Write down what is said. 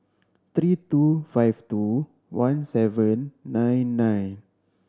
three two five two one seven nine nine